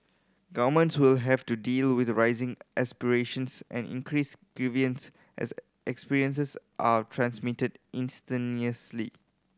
governments will have to deal with rising aspirations and increased grievance as experiences are transmitted instantaneously